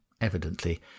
evidently